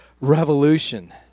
Revolution